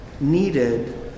needed